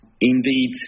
indeed